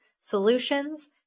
solutions